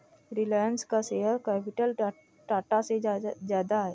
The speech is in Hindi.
रिलायंस का शेयर कैपिटल टाटा से ज्यादा है